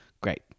Great